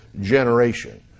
generation